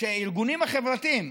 שהארגונים החברתיים,